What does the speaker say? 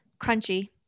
Crunchy